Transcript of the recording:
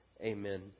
Amen